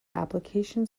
application